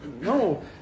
No